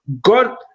God